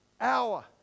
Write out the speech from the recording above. hour